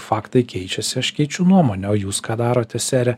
faktai keičiasi aš keičiu nuomonę o jūs ką darote sere